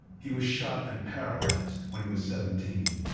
he was shot and paralyzed when he was seventeen.